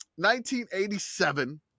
1987